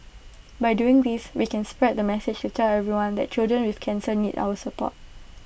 by doing this we can spread the message to tell everyone that children with cancer need our support